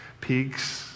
peaks